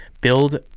build